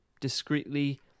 discreetly